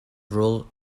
rule